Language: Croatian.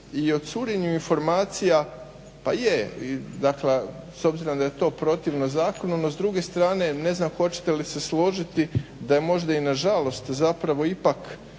i o curenju informacija, pa je s obzirom da je to protivno zakonu, no s druge strane ne znam hoćete li se složiti da je možda i nažalost zapravo ipak